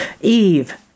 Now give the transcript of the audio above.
Eve